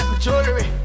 jewelry